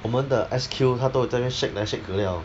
我们的 S_Q 它都在那边 shake 来 shake ki liao